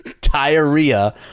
diarrhea